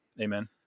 Amen